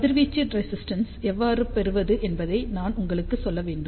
கதிர்வீச்சு ரெசிஸ்டென்ஸ் எவ்வாறு பெறுவது என்பதை நான் உங்களுக்குச் சொல்ல வேண்டும்